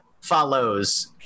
follows